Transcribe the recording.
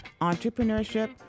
entrepreneurship